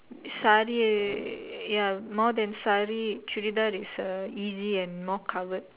saree ya more than saree churidar is uh easy and more covered